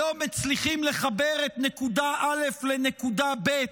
שלא מצליחים לחבר את נקודה א' לנקודה ב'?